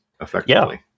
effectively